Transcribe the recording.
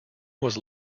was